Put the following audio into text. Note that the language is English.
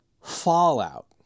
Fallout